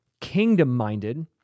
kingdom-minded